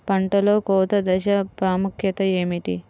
పంటలో కోత దశ ప్రాముఖ్యత ఏమిటి?